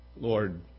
Lord